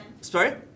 Sorry